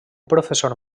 professor